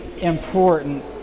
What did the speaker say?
important